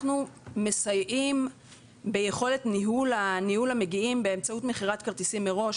אנחנו מסייעים ביכולת ניהול המגיעים באמצעות מכירת כרטיסים מראש.